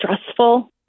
stressful